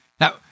Now